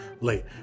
late